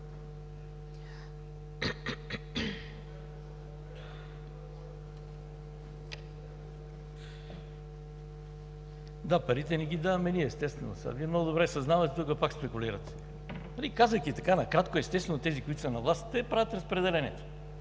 Да, парите не ги даваме, естествено. Това Вие много добре го съзнавате, но пак спекулирате. Нали, казвайки така накратко – естествено, тези, които са на власт, те правят разпределението.